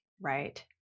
right